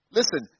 Listen